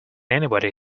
anybody